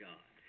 God